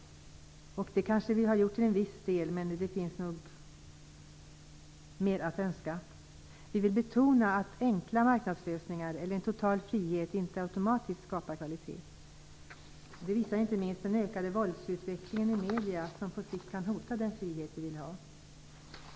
Det kanske vi har gjort till en viss del, men det finns nog mer att önska. Vi vill betona att enkla marknadslösningar eller en total frihet inte automatiskt skapar kvalitet. Det visar inte minst den ökade våldsutvecklingen i medierna, som på sikt kan hota den frihet vi vill ha.